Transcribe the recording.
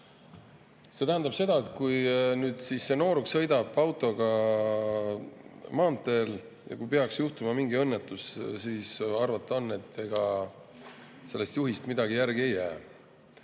See tähendab seda, et kui nooruk sõidab [mopeed]autoga maanteel ja kui peaks juhtuma mingi õnnetus, siis arvata on, et ega sellest juhist midagi järgi ei jää.